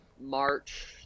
March